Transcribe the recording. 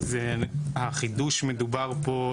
החידוש מדובר פה,